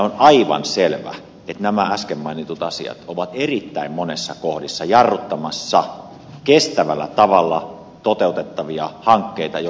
on aivan selvä että nämä äsken mainitut asiat ovat erittäin monissa kohdissa jarruttamassa kestävällä tavalla toteutettavia hankkeita joilla luonnonvaroja hyödynnetään